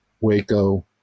Waco